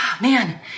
Man